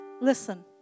listen